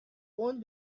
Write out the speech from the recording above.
own